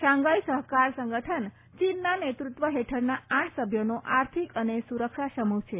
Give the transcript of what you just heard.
Shanghai સહકાર સંગઠન ચીનના નેતૃત્વ હેઠળના આઠ સભ્યોનો આર્થિક અને સુરક્ષા સમૂહ છે